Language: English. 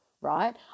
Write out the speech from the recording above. right